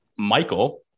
Michael